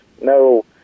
no